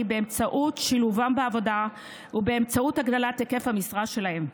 באמצעות שילובם בעבודה ובאמצעות הגדלת היקף המשרה שלהם.